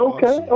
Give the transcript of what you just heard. Okay